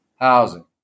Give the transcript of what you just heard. housing